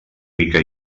rica